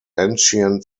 ancient